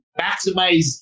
maximize